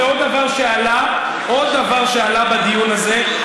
זה עוד דבר שעלה בדיון הזה,